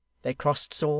they crossed swords,